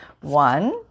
one